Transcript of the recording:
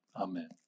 Amen